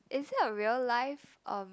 is it a real life um